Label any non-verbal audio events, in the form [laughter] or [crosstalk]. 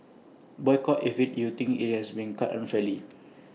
boycott IT if you think IT has been cut unfairly [noise]